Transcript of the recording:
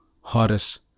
Horace